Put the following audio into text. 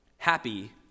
Happy